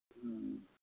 ꯎꯝ